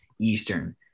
Eastern